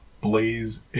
Blaze